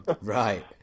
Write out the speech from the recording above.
Right